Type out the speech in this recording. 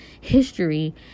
history